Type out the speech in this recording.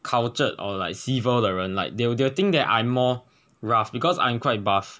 cultured or like civil 的人 like they will they will think that I am more rough because I'm quite buff